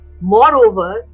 Moreover